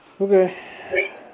Okay